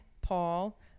Paul